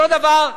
אותו דבר,